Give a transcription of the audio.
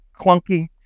clunky